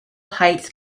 heights